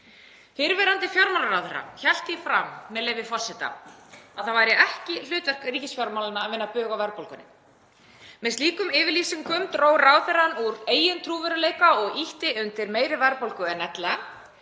Fyrrverandi fjármálaráðherra hélt því fram að það væri ekki hlutverk ríkisfjármálanna að vinna bug á verðbólgunni. Með slíkum yfirlýsingum dró ráðherrann úr eigin trúverðugleika og ýtti undir meiri verðbólgu en ella.